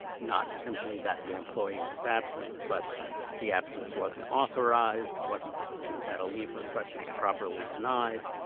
not simply that the employee was absent but the absence wasn't authorized, wasn't that a leave request was properly denied,